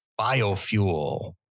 biofuel